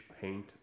paint